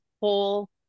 whole